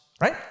Right